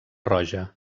roja